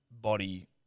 body